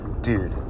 Dude